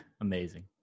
Amazing